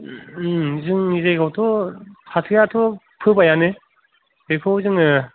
ओम जोंनि जायगायावथ' फाथोआथ' फोबायानो बेखौ जोङो